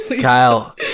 Kyle